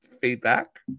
feedback